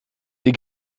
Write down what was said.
die